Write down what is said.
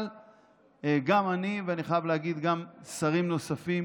אבל גם אני, ואני חייב להגיד שגם שרים נוספים